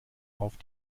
auf